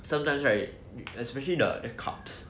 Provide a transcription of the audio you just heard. sometimes right especially the cups